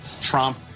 Trump